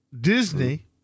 Disney